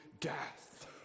death